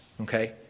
okay